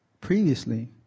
previously